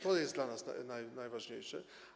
To jest dla nas najważniejsze.